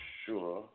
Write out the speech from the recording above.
sure